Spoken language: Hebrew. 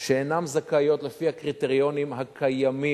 שאינן זכאיות לפי הקריטריונים הקיימים,